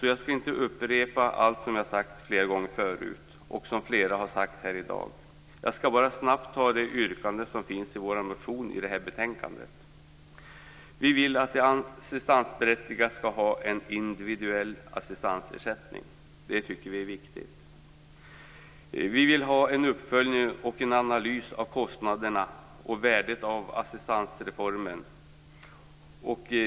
Jag skall inte upprepa det som jag har sagt flera gånger förut och som flera har sagt här i dag. Jag skall bara snabbt föredra de yrkanden som finns i den motion från oss som behandlas i detta betänkande. Vi vill att de assistansberättigade skall ha en individuell assistansersättning. Det tycker vi är viktigt. Vi vill ha en uppföljning och en analys av kostnaderna för och värdet av assistansreformen.